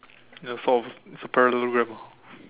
ya sort of it's a parallelogram ah